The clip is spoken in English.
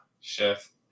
Chef